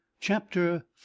chapter